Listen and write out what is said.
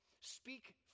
speak